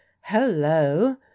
Hello